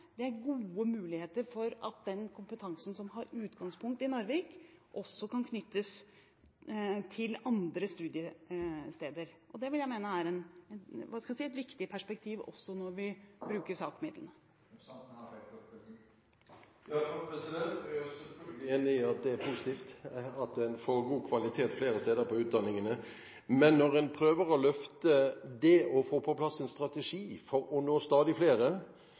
er det gode muligheter for at den kompetansen som har utgangspunkt i Narvik, også kan knyttes til andre studiesteder. Det vil jeg mene er et viktig perspektiv også når vi bruker SAK-midlene. Jeg er selvfølgelig enig i at det er positivt at en flere steder får god kvalitet på utdanningene, men når en prøver å løfte det å få på plass en strategi for å nå stadig flere